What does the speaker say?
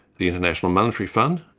the international monetary fund,